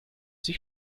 sich